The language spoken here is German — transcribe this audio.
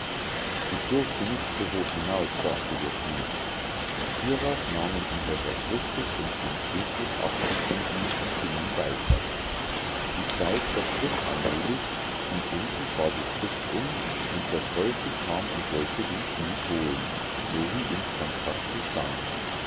ich durfte nicht so hoch hinaus sagte der schmied hierauf nahmen unser herr christus und st petrus abschied von ihm und gingen weiter die zeit verstrich allmählich und endlich war die frist um und der teufel kam und wollte den schmied holen so wie im contracte stand